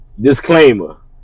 Disclaimer